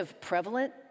prevalent